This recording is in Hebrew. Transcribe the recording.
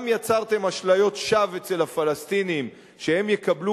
גם יצרתם אשליות שווא אצל הפלסטינים שהם יקבלו